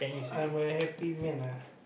I I'm a happy man ah